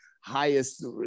highest